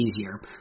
easier